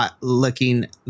looking